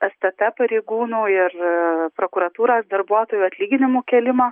stt pareigūnų ir prokuratūros darbuotojų atlyginimų kėlimo